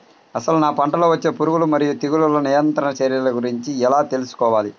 అసలు నా పంటలో వచ్చే పురుగులు మరియు తెగులుల నియంత్రణ చర్యల గురించి ఎలా తెలుసుకోవాలి?